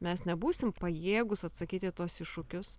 mes nebūsim pajėgūs atsakyt į tuos iššūkius